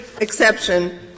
exception